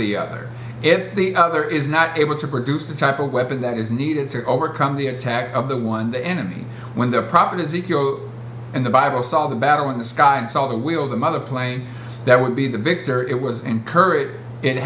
the other if the other is not able to produce the type of weapon that is needed to overcome the attack of the one the enemy when the prophecy in the bible saw the battle in the sky and saw the wheel the mother plane that would be the victor it was encouraged i